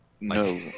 No